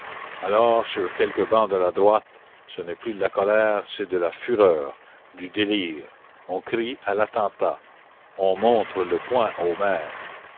alors sur quelques bancs de la droite ce n'est plus de la colère c'est de la fureur du délire on crie à l'attentat on montre le poing aux maires